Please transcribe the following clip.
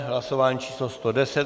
Hlasování číslo 110.